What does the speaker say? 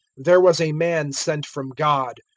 there was a man sent from god,